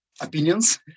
opinions